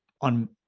on